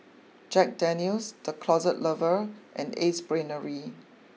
Jack Daniel's the Closet Lover and Ace Brainery